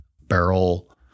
barrel